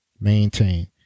maintain